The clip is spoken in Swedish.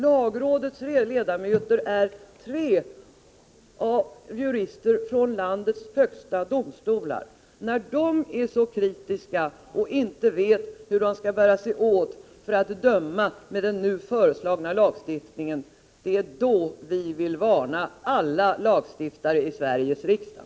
Lagrådets ledamöter är tre jurister från landets högsta domstolar. När de är så kritiska och inte vet hur man skall bära sig åt för att döma enligt den nu föreslagna lagstiftningen, då vill vi varna alla lagstiftare i Sveriges riksdag.